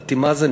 לא ידעתי מה זה.